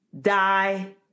die